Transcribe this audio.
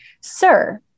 sir